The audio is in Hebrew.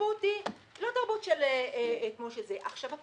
התרבות היא לא תרבות כמו --- עכשיו,